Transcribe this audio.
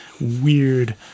weird